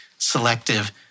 selective